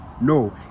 no